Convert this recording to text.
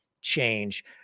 change